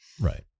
Right